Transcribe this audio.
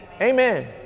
amen